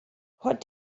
what